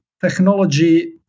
technology